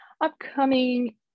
upcoming